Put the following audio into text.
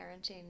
parenting